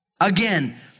Again